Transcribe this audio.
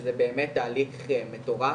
שזה באמת תהליך מטורף